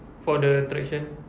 for the attraction